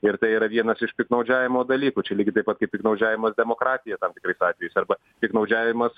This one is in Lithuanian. ir tai yra vienas iš piktnaudžiavimo dalykų čia lygiai taip pat kaip piktnaudžiavimas demokratija tam tikrais atvejais arba piktnaudžiavimas